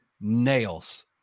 nails